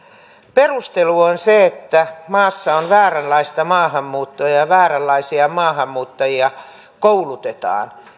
perustelu sille että tarvitaan tämmöinen leikkaus on että maassa on vääränlaista maahanmuuttoa ja ja vääränlaisia maahanmuuttajia koulutetaan